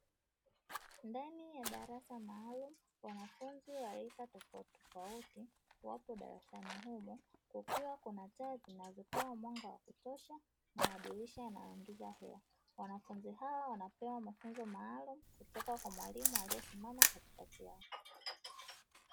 Ndani ya darasa maalum, wanafunzi wa rika tofautitofauti wapo darasani humo, kukiwa kuna taa zinazotoa mwanga wa kutosha na madirisha yanaingiza hewa, wanafunzi hao wanapewa mafunzo maalum kutoka kwa mwalimu aliyesimama katikati yao.